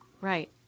Right